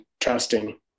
trusting